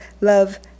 love